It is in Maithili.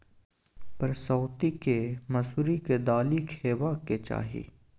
परसौती केँ मसुरीक दालि खेबाक चाही